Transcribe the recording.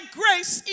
grace